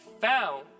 found